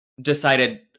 decided